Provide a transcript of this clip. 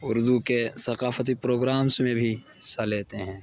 اردو کے ثقافتی پروگرامس میں بھی حصہ لیتے ہیں